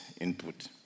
input